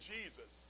Jesus